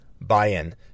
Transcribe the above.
buy-in